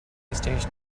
station